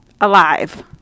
alive